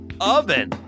oven